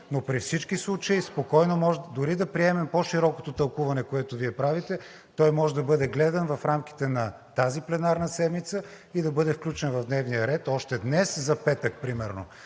но при всички случаи спокойно може, дори да приемем по-широкото тълкуване, което Вие правите – той може да бъде гледан в рамките на тази пленарна седмица и да бъде включен в дневния ред още днес, за петък примерно.